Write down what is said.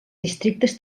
districtes